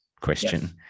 question